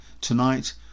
tonight